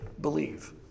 believe